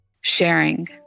Sharing